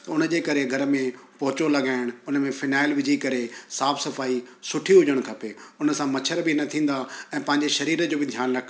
उन जे करे घर में पोचो लॻाइणु उन में फिनाइल विझी करे साफ़ु सफ़ाई सुठी हुजणु खपे उन सां मच्छर बि न थींदा ऐं पंहिंजे शरीर जो बि ध्यान रखु